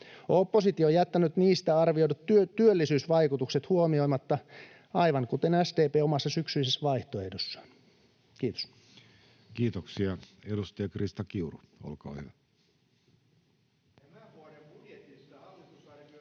Oppositio on jättänyt niistä arvioidut työllisyysvaikutukset huomioimatta, aivan kuten SDP omassa syksyisessä vaihtoehdossaan. — Kiitos. [Aki Lindén: Tämän